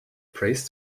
prays